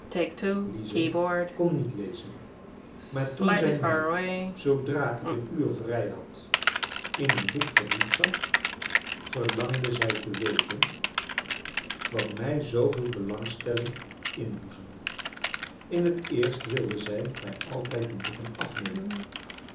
lize kon niet lezen maar toen zij mij zoodra ik een uur vrij had in een boek verdiept zag verlangde zij te weten wat mij zooveel belangstelling inboezemde in het eerst wilde zij mij altijd de boeken afnemen